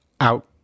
out